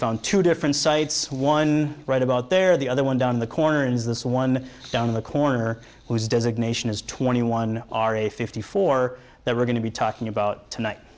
found two different sites one right about there the other one down the corner is this one down in the corner whose designation is twenty one are a fifty four that we're going to be talking about tonight